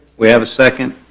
we have a second,